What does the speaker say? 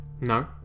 No